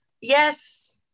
yes